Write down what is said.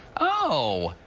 oh,